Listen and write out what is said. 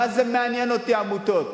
מה זה מעניין אותי עמותות?